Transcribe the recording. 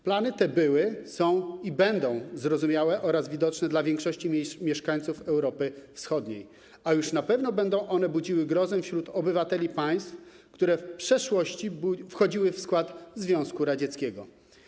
Plany te były, są i będą zrozumiałe oraz widoczne dla większości mieszkańców Europy Wschodniej, a już na pewno będą one budziły grozę wśród obywateli państw, które w przeszłości wchodziły w skład Związku Radzieckiego.